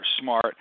smart